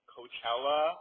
Coachella